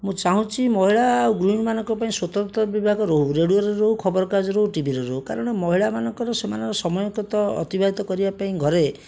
ମୁଁ ଚାହୁଁଛି ମହିଳା ଆଉ ଗୃହିଣୀମାନଙ୍କ ପାଇଁ ସ୍ୱତନ୍ତ୍ର ବିଭାଗ ରହୁ ରେଡ଼ିଓରେ ରହୁ ଖବରକାଗଜରେ ରହୁ ଟିଭିରେ ରହୁ କାରଣ ମହିଳାମାନଙ୍କର ସେମାନେ ସମୟକୁ ତ ଅତିବାହିତ କରିବା ପାଇଁ ଘରେ